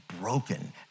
broken